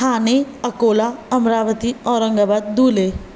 थाणे अकोला अमरावती औरंगाबाद दूल्हे